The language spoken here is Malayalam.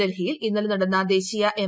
ഡൽഹിയിൽ ഇന്നലെ നടന്ന ദേശീയ എം